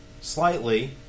slightly